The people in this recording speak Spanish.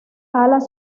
alas